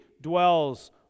dwells